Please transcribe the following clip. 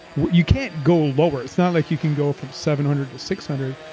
you can't go lower. it's not like you can go from seven hundred to six hundred.